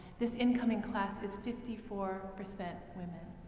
this incoming class is fifty four percent women.